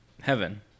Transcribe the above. heaven